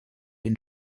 den